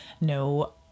No